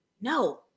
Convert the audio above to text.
No